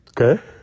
Okay